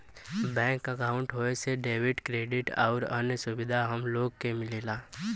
bank अंकाउट होये से डेबिट, क्रेडिट आउर अन्य सुविधा हम लोग के मिलला